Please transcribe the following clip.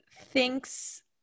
thinks